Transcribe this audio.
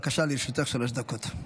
בבקשה, לרשותך שלוש דקות.